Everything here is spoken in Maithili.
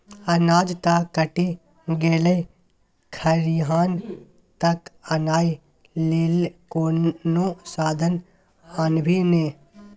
अनाज त कटि गेलै खरिहान तक आनय लेल कोनो साधन आनभी ने